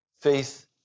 Faith